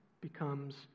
becomes